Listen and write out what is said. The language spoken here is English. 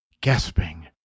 gasping